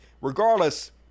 regardless